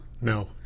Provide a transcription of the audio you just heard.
No